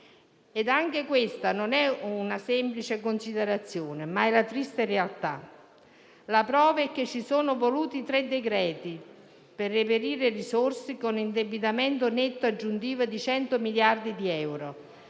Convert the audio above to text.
Anche questa non è una semplice considerazione, ma la triste realtà. Ne è riprova il fatto che ci sono voluti tre decreti-legge per reperire risorse, con un indebitamento netto aggiuntivo di 100 miliardi di euro